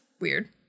weird